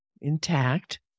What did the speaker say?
intact